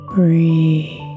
Breathe